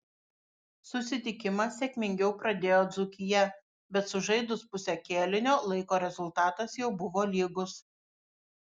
susitikimą sėkmingiau pradėjo dzūkija bet sužaidus pusę kėlinio laiko rezultatas jau buvo lygus